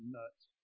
nuts